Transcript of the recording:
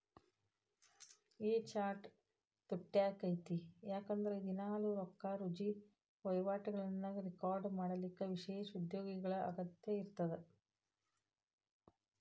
A chart ತುಟ್ಯಾಕ್ಕೇತಿ ಯಾಕಂದ್ರ ದಿನಾಲೂ ರೊಕ್ಕಾರುಜಿ ವಹಿವಾಟುಗಳನ್ನ ರೆಕಾರ್ಡ್ ಮಾಡಲಿಕ್ಕ ವಿಶೇಷ ಉದ್ಯೋಗಿಗಳ ಅಗತ್ಯ ಇರ್ತದ